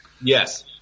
Yes